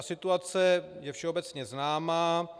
Situace je všeobecně známa.